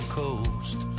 coast